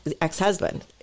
ex-husband